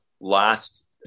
last